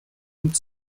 und